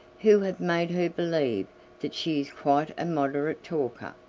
who have made her believe that she is quite a moderate talker!